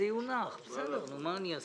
שר האוצר